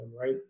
right